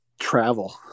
travel